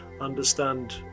understand